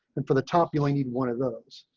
and for the top, you only need one of those